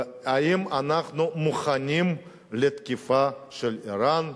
האם אנחנו מוכנים לתקיפה של אירן?